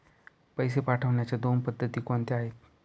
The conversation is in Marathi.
पैसे पाठवण्याच्या दोन पद्धती कोणत्या आहेत?